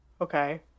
Okay